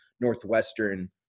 Northwestern